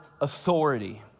authority